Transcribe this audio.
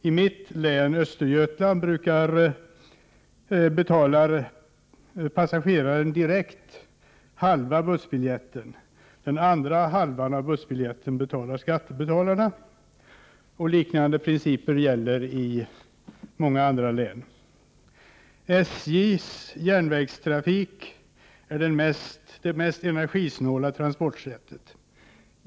I mitt hemlän, Östergötlands län, betalar passageraren direkt halva bussbiljetten. Den andra halvan betalar skattebetalarna. Man har liknande principer i andra län. SJ:s järnvägstrafik är det mest energisnåla transportsättet.